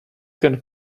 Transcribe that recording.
can